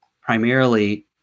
primarily